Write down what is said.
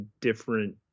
different